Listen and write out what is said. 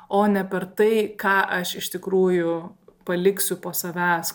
o ne per tai ką aš iš tikrųjų paliksiu po savęs